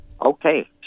Okay